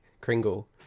Kringle